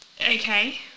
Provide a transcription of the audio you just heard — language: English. Okay